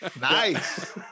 Nice